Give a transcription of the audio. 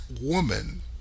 woman